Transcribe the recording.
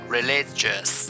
Religious